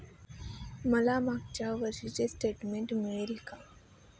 मला मागच्या वर्षीचे स्टेटमेंट मिळेल का?